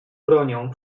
bronią